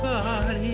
God